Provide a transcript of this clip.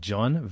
John